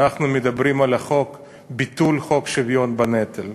על ביטול חוק שוויון בנטל.